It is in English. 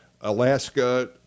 Alaska